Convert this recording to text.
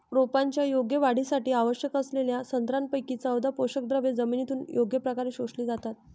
रोपांच्या योग्य वाढीसाठी आवश्यक असलेल्या सतरापैकी चौदा पोषकद्रव्ये जमिनीतून योग्य प्रकारे शोषली जातात